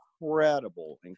incredible